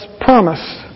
promise